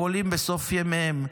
החולים בסוף ימיהם,